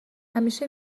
همیشه